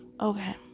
Okay